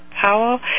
Powell